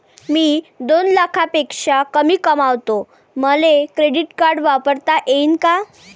मी दोन लाखापेक्षा कमी कमावतो, मले क्रेडिट कार्ड वापरता येईन का?